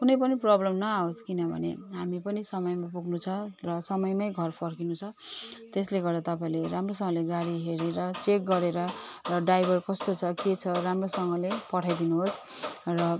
कुनै पनि प्रब्लम नआओस् किनभने हामी पनि समयमा पुग्नु छ र समयमै घर फर्किनु छ त्यसले गर्दा तपाईँले राम्रोसँगले गाडी गाडी हेरेर चेक गरेर र ड्राइभर के छ कस्तो छ राम्रोसँगले पठाइदिनुहोस् र